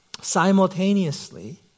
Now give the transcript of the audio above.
simultaneously